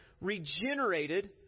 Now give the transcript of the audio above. regenerated